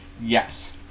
Yes